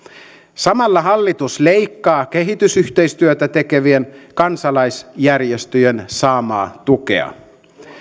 samalla hallitus leikkaa kehitysyhteistyötä tekevien kansalaisjärjestöjen saamaa tukea